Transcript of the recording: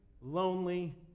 lonely